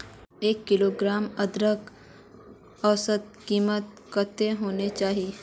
एक किलोग्राम अदरकेर औसतन कीमत कतेक होना चही?